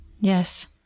Yes